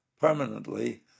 permanently